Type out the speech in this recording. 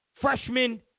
freshman